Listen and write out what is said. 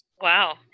Wow